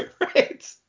Right